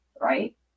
right